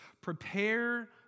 Prepare